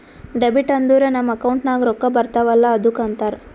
debit ಅಂದುರ್ ನಮ್ account ನಾಗ್ ರೊಕ್ಕಾ ಬರ್ತಾವ ಅಲ್ಲ ಅದ್ದುಕ ಅಂತಾರ್